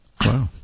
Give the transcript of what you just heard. Wow